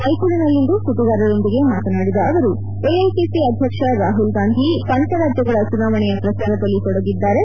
ಮೈಸೂರಿನಲ್ಲಿಂದು ಸುದ್ದಿಗಾರರೊಂದಿಗೆ ಮಾತನಾಡಿದ ಅವರು ಎಐಸಿಸಿ ಅಧ್ಯಕ್ಷ ರಾಹುಲ್ ಗಾಂಧಿ ಪಂಚರಾಜ್ಯಗಳ ಚುನಾವಣೆಯ ಪ್ರಚಾರದಲ್ಲಿ ತೊಡಗಿದ್ದಾರೆ